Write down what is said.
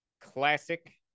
classic